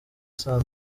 saa